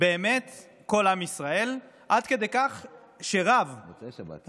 באמת כל עם ישראל, עד כדי כך שרב, מוצאי שבת.